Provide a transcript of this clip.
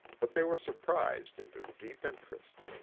but they were surprised into deep interest.